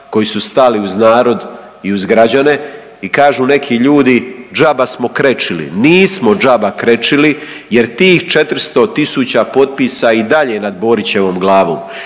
koji su stali uz narod i uz građane i kažu neki ljudi džaba smo krečili, nismo džaba krečili jer tih 400 tisuća potpisa i dalje je nad Borićevom glavom,